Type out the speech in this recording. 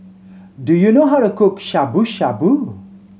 do you know how to cook Shabu Shabu